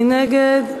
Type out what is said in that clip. מי נגד?